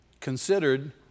considered